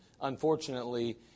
unfortunately